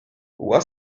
what